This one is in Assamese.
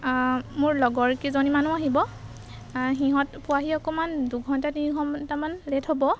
মোৰ লগৰ কেইজনীমানো আহিব সিহঁত পোৱাহি অকণমান দুঘণ্টা তিনি ঘণ্টামান লেট হ'ব